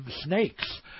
snakes